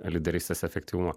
lyderystės efektyvumą